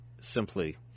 simply